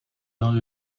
dans